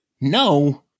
No